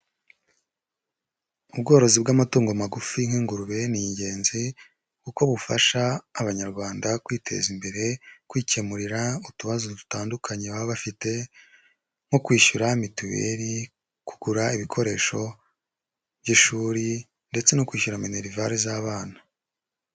Ubworozi bw'amatungo magufi nk'ingurube ni ingenzi kuko bufasha Abanyarwanda kwiteza imbere, kwikemurira utubazo dutandukanye baba bafite nko kwishyura mituweli, kugura ibikoresho by'ishuri ndetse no kwishyura minerivare z'abana.